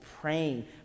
praying